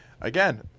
again